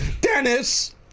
Dennis